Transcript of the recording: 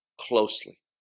closely